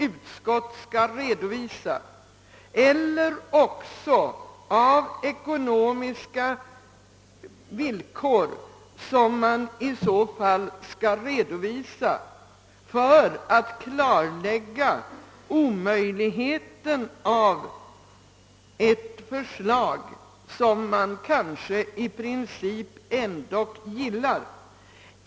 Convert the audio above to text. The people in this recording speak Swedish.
Dessa skäl skall redovisas, och om de är ekonomiska bör utskottet klargöra, att det visserligen anser, att förslaget är omöjligt att genomföra, men att det ändå i princip gillar förslaget.